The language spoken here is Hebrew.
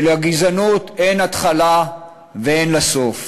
ולגזענות אין התחלה ואין לה סוף.